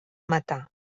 matar